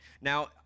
Now